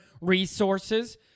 resources